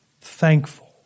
thankful